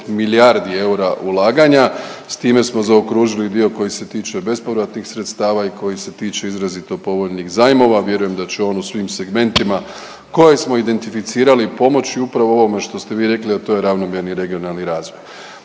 milijardi eura ulaganja. S time smo zaokružili dio koji se tiče bespovratnih sredstava i koji se tiče izrazito povoljnih zajmova. Vjerujem da će on u svim segmentima koje smo identificirali pomoći upravo ovome što ste vi rekli, a to je ravnomjerni regionalni razvoj.